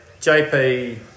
JP